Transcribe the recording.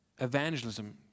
evangelism